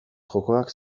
jokoak